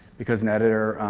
because an editor,